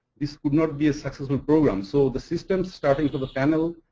this would not be a successful program. so the system starting from the panel,